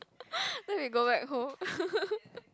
then we go back home